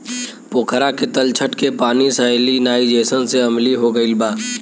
पोखरा के तलछट के पानी सैलिनाइज़ेशन से अम्लीय हो गईल बा